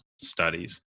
studies